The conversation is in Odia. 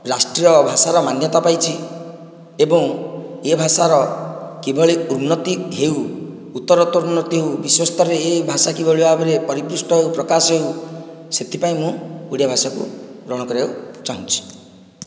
ରାଷ୍ଟ୍ରୀୟ ଭାଷାର ମାନ୍ୟତା ପାଇଛି ଏବଂ ଏ ଭାଷାର କେଉଁଭଳି ଉନ୍ନତି ହେଉ ଉତ୍ତୋରତ୍ତର ଉନ୍ନତିରୁ ବିଶ୍ୱସ୍ତରରେ ଏ ଭାଷା କେଉଁଭଳି ପରିପୃଷ୍ଟ ଓ ପ୍ରକାଶ ସେଥିପାଇଁ ମୁଁ ଓଡ଼ିଆ ଭାଷାକୁ ଗ୍ରହଣ କରିବାକୁ ଚାହୁଁଛି